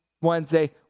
Wednesday